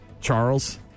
Charles